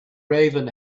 raven